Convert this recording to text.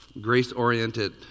Grace-oriented